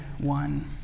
one